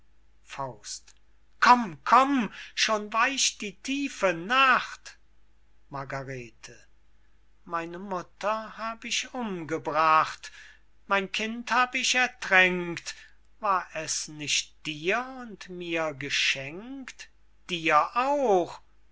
befreyst komm komm schon weicht die tiefe nacht margarete meine mutter hab ich umgebracht mein kind hab ich ertränkt war es nicht dir und mir geschenkt dir auch